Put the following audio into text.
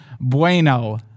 bueno